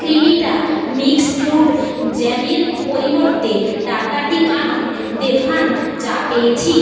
ক্রিমিটা mix fruit জ্যামের পরিবর্তে Tata tea Kanan Devan চা পেয়েছি